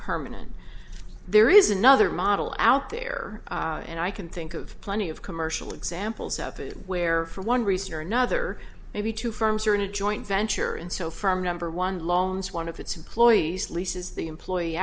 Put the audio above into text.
permanent there is another model out there and i can think of plenty of commercial examples of it where for one reason or another maybe two firms are in a joint venture and so from number one loans one of its employees leases the employee